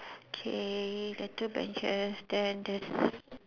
K there's two benches then there's a